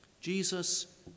Jesus